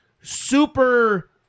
super